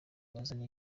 bazana